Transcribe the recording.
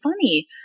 funny